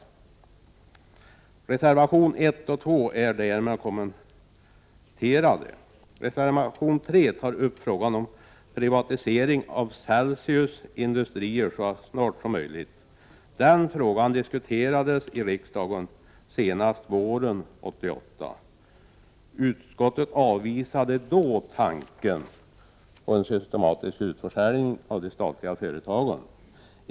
I reservation 3 tar man upp frågan om en privatisering av Celsius Industrier så snart som möjligt. Den frågan diskuterades i riksdagen senast våren 1988. Utskottet avvisade då tanken på en systematisk utförsäljning av de statliga företagen.